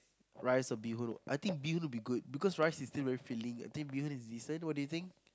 rice or bee-hoon I think bee-hoon will be good because rice is still very filling I think bee-hoon is decent what do you think